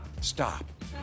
Stop